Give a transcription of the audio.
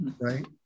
right